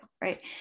right